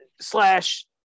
slash